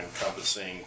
encompassing